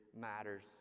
matters